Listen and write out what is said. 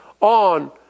on